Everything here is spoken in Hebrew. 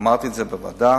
אמרתי את זה בוועדה.